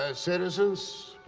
ah citizens,